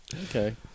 Okay